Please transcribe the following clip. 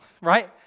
right